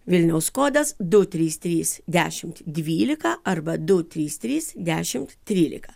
vilniaus kodas du trys trys dešimt dvylika arba du trys trys dešimt trylika